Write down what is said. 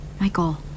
Michael